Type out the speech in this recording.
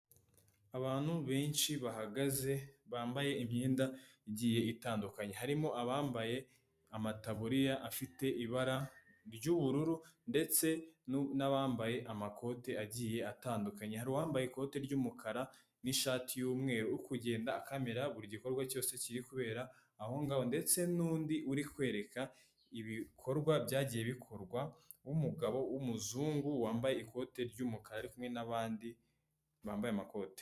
Abantu benshi bahagaze bambaye imyenda igiye itandukanye harimo abambaye amataburiya afite ibara ry'ubururu ndetse n'abambaye amakoti agiye atandukanye hari uwambaye ikoti ry'umukara n'ishati yumweru uri kugenda akamera buri gikorwa cyose kiri kubera aho ngaho ndetse nundi uri kwerekana ibikorwa byagiye bikorwa w'umugabo w’umuzungu wambaye ikoti ry'umukara hamwe nabandi bambaye amakoti.